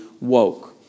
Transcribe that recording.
woke